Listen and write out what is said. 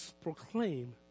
proclaim